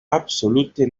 absolute